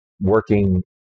working